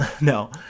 No